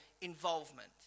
involvement